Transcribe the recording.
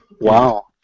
wow